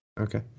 Okay